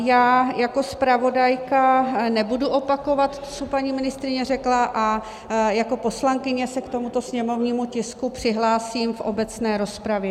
Já jako zpravodajka nebudu opakovat, co paní ministryně řekla, a jako poslankyně se k tomuto sněmovnímu tisku přihlásím v obecné rozpravě.